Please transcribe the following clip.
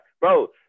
bro